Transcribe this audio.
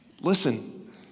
Listen